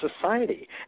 society